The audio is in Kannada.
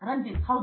ರಂಜಿತ್ ಹೌದು